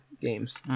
games